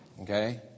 Okay